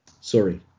Sorry